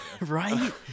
right